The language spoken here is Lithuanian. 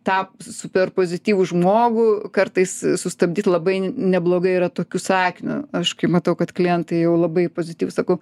tą superpozityvų žmogų kartais sustabdyt labai n neblogai yra tokiu sakiniu aš kai matau kad klientai jau labai pozityvūs sakau